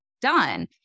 done